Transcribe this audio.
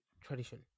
tradition